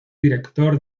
director